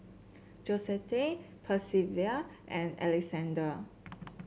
Josette Percival and Alexander